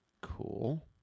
Cool